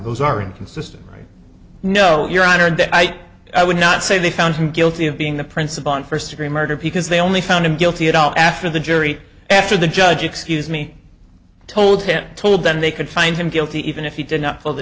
those are inconsistent right no your honor and that i would not say they found him guilty of being the principal on first degree murder because they only found him guilty at all after the jury after the judge excuse me told him told them they could find him guilty even if he did not pull the